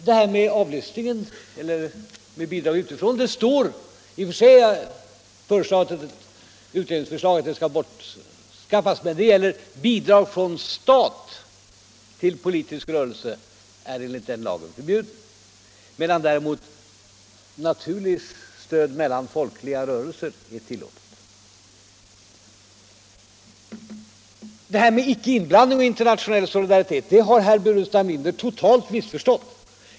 Det som står om bidrag utifrån — i och för sig har jag föreslagit att det skulle tas bort — gäller bidrag från stat till politisk rörelse, som enligt denna lag är förbjuden. Däremot är naturligtvis stöd mellan folkliga rörelser tillåtet. Det som gäller icke-inblandning och internationell solidaritet har herr Burenstam Linder totalt missförstått.